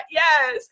yes